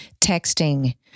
Texting